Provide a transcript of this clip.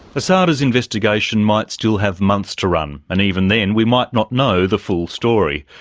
asada's investigation might still have months to run, and even then we might not know the full story.